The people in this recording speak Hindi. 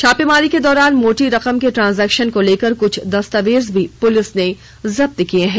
छापेमारी के दौरान मोटी रकम के ट्रांजेक्शन को लेकर कुछ दस्तावेज भी पुलिस ने जब्त किए हैं